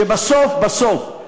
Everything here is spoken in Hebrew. הוא שבסוף בסוף,